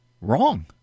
wrong